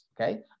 okay